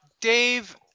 Dave